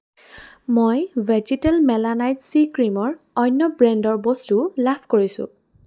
মই ভেজীতেল মেলানাইট চি ক্ৰীমৰ অন্য ব্ৰেণ্ডৰ বস্তু লাভ কৰিছোঁ